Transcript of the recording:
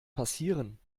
passieren